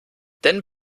denn